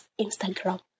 Instagram